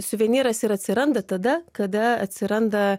suvenyras ir atsiranda tada kada atsiranda